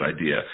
idea